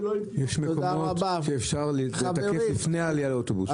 יש מקומות שאפשר לתקף לפני העלייה לאוטובוס.